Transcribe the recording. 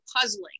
puzzling